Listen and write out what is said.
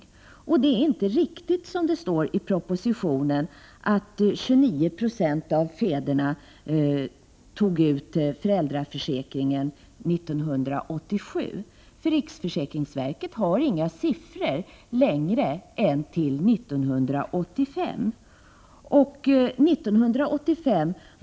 Vidare är det inte riktigt, som det står i propositionen, att 29 9 av fäderna utnyttjade föräldraförsäkringen 1987. Riksförsäkringsverket har bara statistik fram till 1985.